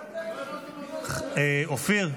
אופיר,